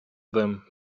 them